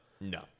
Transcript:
No